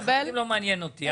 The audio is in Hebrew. זה לא מעניין אותי,